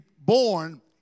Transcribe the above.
born